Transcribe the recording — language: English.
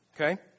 okay